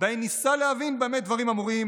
שבהן ניסה להבין במה דברים אמורים,